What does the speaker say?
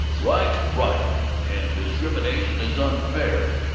right's right, and discrimination is unfair,